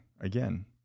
again